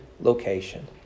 location